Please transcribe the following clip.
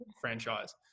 franchise